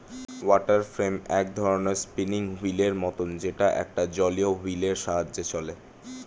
water frame এক ধরণের spinning wheel এর মতন যেটা একটা জলীয় হুইল এর সাহায্যে চলে